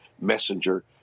messenger